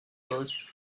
those